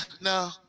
no